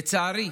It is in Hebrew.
לצערי,